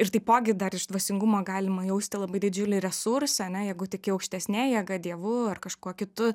ir taipogi dar iš dvasingumo galima jausti labai didžiulį resursą ane jeigu tiki aukštesne jėga dievu ar kažkuo kitu